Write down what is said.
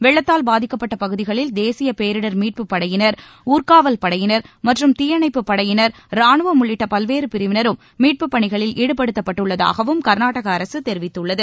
வெள்ளத்தால் பாதிக்கப்பட்ட பகுதிகளில் தேசிய பேரிடர் மீட்புப் படையினர் ஊர்க்காவல் படையினர் மற்றும் தீயணைப்புப் படையினர் ராணுவம் உள்ளிட்ட பல்வேறு பிரிவினரும் மீட்புப் பணிகளில் ஈடுபடுத்தப்பட்டுள்ளதாகவும் கர்நாடக அரசு தெரிவித்துள்ளது